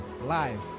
live